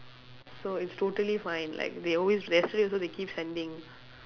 so it's totally fine like they always they yesterday also they keep sending